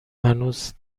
هنوز